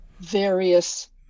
various